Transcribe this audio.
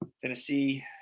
Tennessee